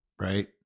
right